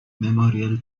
memorial